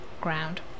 ground